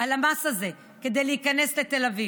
על המס הזה כדי להיכנס לתל אביב.